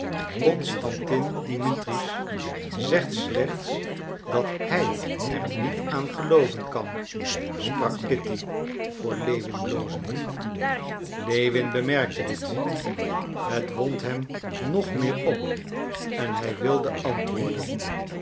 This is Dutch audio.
constantin dimitritsch zegt slechts dat hij er niet aan gelooven kan sprak kitty voor lewin blozend lewin bemerkte dit het wond hem nog meer op en hij wilde antwoorden